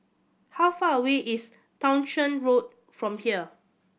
how far away is Townshend Road from here